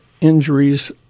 injuries